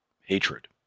hatred